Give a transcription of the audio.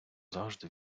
завжди